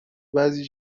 بعضی